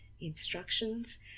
instructions